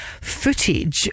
footage